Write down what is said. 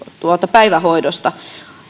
päivähoidosta